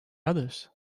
others